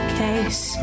case